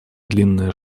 длинная